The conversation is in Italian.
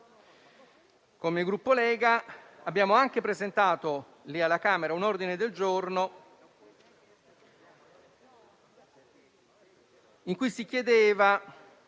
Come Gruppo Lega abbiamo anche presentato alla Camera un ordine del giorno in cui si chiedeva